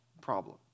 problem